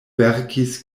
verkis